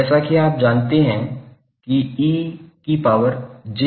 जैसा कि आप जानते हैं कि cos∅jsin∅